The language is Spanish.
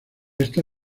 esta